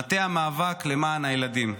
מטה המאבק למען הילדים,